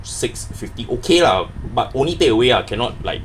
six fifty okay lah but only takeaway ah cannot like